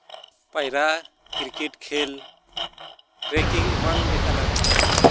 ᱯᱟᱭᱨᱟ ᱠᱨᱤᱠᱮᱴ ᱠᱷᱮᱞ ᱴᱨᱮᱠᱤᱝ ᱮᱢᱟᱱ ᱞᱮᱠᱟᱱᱟᱜ